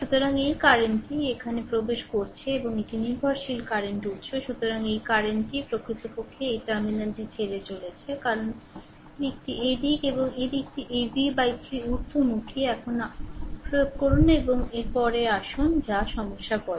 সুতরাং এই কারেন্ট টি এখানে প্রবেশ করছে এবং এটি নির্ভরশীল কারেন্টউত্স সুতরাং এই কারেন্ট টি প্রকৃতপক্ষে এই টার্মিনালটি ছেড়ে চলেছে কারণ দিকটি এই দিক এবং এই দিকটি এই v 3 ঊর্ধ্বমুখী এখন আবেদন করুন এবং এরপরে আরে আসুন যা সমস্যা বলে